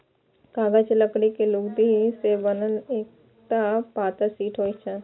कागज लकड़ी के लुगदी सं बनल एकटा पातर शीट होइ छै